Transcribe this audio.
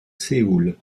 séoul